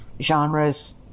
genres